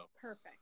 Perfect